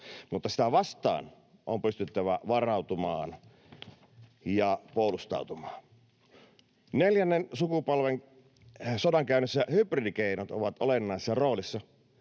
mutta sitä vastaan on pystyttävä varautumaan ja puolustautumaan. Neljännen sukupolven sodankäynnissä hybridikeinot ovat olennaisessa roolissa.